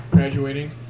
graduating